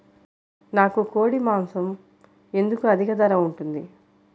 నాకు కోడి మాసం ఎందుకు అధిక ధర ఉంటుంది?